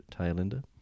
tailender